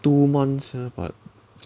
two months sia but